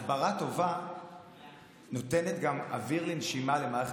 הסברה טובה נותנת גם אוויר לנשימה למערכת